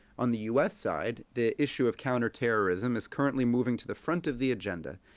on the u s. side, the issue of counterterrorism is currently moving to the front of the agenda,